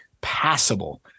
passable